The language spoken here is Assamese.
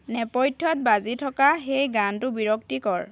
নেপথ্যত বাজি থকা সেই গানটো বিৰক্তিকৰ